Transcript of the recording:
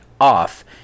off